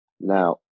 Now